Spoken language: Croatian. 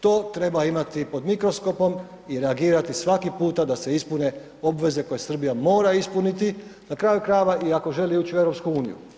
To treba imati pod mikroskopom i reagirati svaki puta da se ispune obveze koje Srbija mora ispuniti, na kraju krajeva ako želi ući u EU.